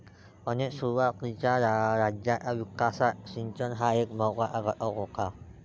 अनेक सुरुवातीच्या राज्यांच्या विकासात सिंचन हा एक महत्त्वाचा घटक होता